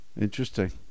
interesting